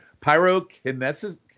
Pyrokinesis